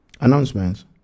Announcements